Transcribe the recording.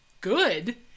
good